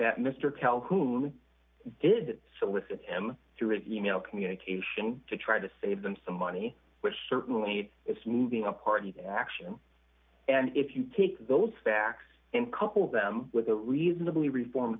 that mr calhoun did solicit him through of e mail communication to try to save them some money which certainly needs it's moving a party to action and if you take those facts and couple them with a reasonably reform